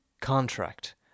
contract